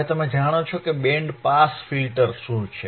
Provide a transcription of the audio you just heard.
હવે તમે જાણો છો કે બેન્ડ પાસ ફિલ્ટર્સ શું છે